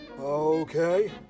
Okay